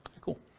Cool